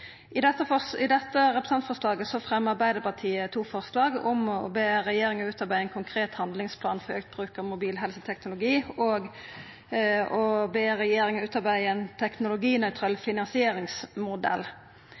I dette representantforslaget fremjar Arbeidarpartiet to forslag, nemleg å be regjeringa utarbeida ein konkret handlingsplan for auka bruk av mobil helseteknologi, og å be regjeringa om å utarbeida ein